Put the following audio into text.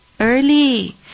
early